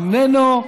איננו.